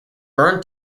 berne